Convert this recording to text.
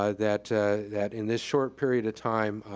ah that that in this short period of time,